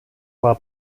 war